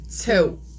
two